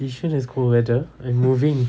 yishun has cold weather and move it